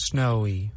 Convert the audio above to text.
Snowy